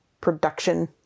production